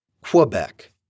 Quebec